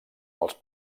als